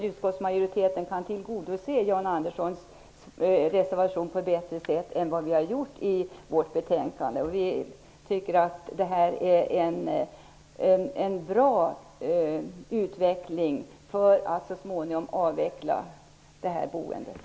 Utskottsmajoriteten kan inte tillgodose Jan Anderssons reservation på ett bättre sätt än vad vi har gjort i vårt betänkande. Jag tycker att det här är en bra utveckling som gör att detta boende så småningom kan avvecklas.